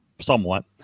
somewhat